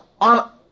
on